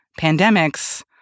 pandemics